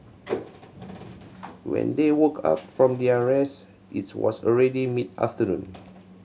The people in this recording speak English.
when they woke up from their rest it's was already mid afternoon